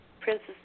Princess